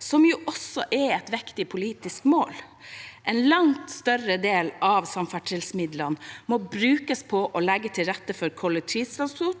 som også er et viktig politisk mål. En langt større del av samferdselsmidlene må brukes på å legge til rette for kollektivtransport,